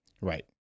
right